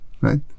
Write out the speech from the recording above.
right